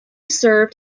served